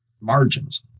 margins